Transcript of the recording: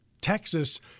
Texas